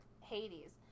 Hades